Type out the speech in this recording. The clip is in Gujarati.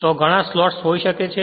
ત્યાં ઘણા સ્લોટ્સ હોઈ શકે છે